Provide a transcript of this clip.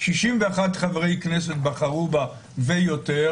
61 חברי כנסת בחרו בה ויותר